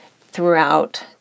throughout